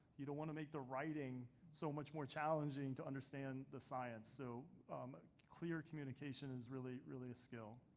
you don't want to make the writing so much more challenging to understand the science. so clear communication is really really a skill.